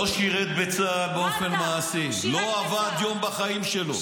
לא שירת בצה"ל באופן מעשי, לא עבד יום בחיים שלו.